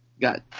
Got